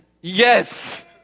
Yes